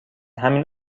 همین